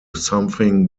something